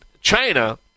China